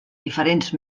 diferents